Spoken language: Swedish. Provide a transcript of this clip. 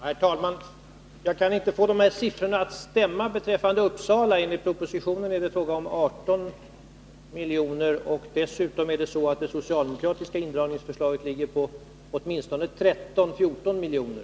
Herr talman! Jag kan inte få de här siffrorna att stämma beträffande Uppsala. Enligt propositionen är det fråga om 18 miljoner. Dessutom är det så att det socialdemokratiska indragningsförslaget avser åtminstone 13—14 miljoner.